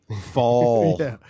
Fall